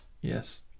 Yes